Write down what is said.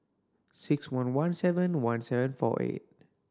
six one one seven one seven four eight